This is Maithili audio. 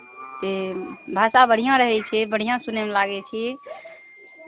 ते भाषा बढ़िआँ रहै छै बढ़िआँ सुनयमे लागै छी